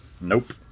Nope